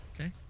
Okay